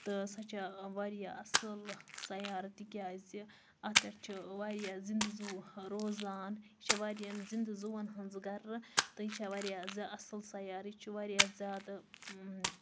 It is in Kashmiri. تہٕ سۄ چھِ واریاہ اصٕل سَیارٕ تکیازِ اتھ پٮ۪ٹھ چھِ واریاہ زٕنٛدٕ زوٗ روزان یہِ چھِ واریاہن زٕنٛدٕ زُوَن ہٕنٛز گَرٕ تہٕ یہِ چھےٚ واریاہ اصٕل سَیارٕ یہِ چھُ واریاہ زیادٕ